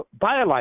BioLite